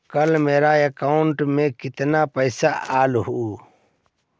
कल मेरा अकाउंटस में कितना पैसा आया ऊ?